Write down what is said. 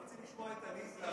אנחנו רוצים לשמוע את עליזה.